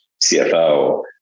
CFO